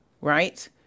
right